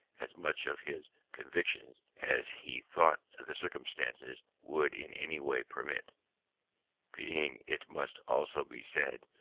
as much of his convictions as he thought the circumstances would in any way permit being, it must also be said,